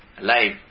Life